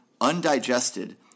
undigested